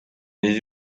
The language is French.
les